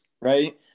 right